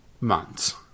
months